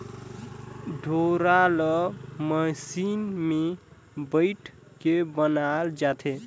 डोरा ल मसीन मे बइट के बनाल जाथे